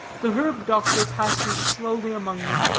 the herb-doctor passes slowly among them,